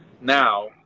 Now